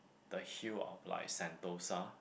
the hill of like sentosa